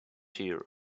here